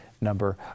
number